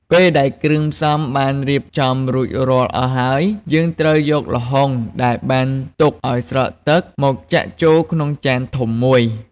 ពេលដែលគ្រឿងផ្សំបានរៀបចំរួចរាល់អស់ហើយ យើងត្រូវយកល្ហុងដែលបានទុកឱ្យស្រក់ទឹកមកចាក់ចូលក្នុងចានធំមួយ។